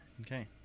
okay